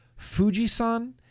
Fujisan